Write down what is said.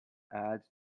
ads